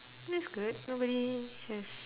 that's good nobody has